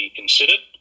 considered